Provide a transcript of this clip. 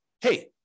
hey